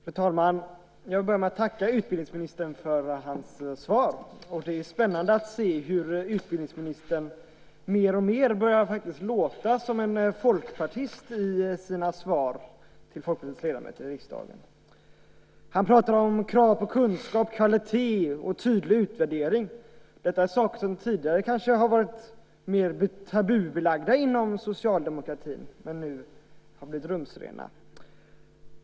Fru talman! Jag tackar utbildningsministern för hans svar. Det är spännande att höra hur utbildningsministern mer och mer börjar låta som en folkpartist i sina svar till Folkpartiets ledamöter i riksdagen. Han talar om krav på kunskap, kvalitet och tydlig utvärdering. Detta är saker som tidigare kanske har varit mer tabubelagda inom socialdemokratin men nu har blivit rumsrena.